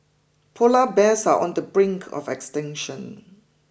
polar bears are on the brink of extinction